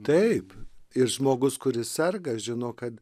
taip ir žmogus kuris serga žino kad